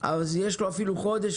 אז יש לו אפילו חודש,